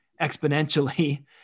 exponentially